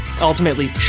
Ultimately